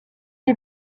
les